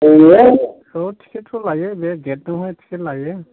औ टिकेटथ' लायो बे गेटावहाय टिकेट लायो